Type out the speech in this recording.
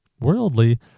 Worldly